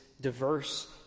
diverse